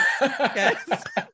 Yes